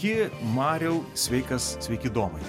sveiki mariau sveikas sveiki domai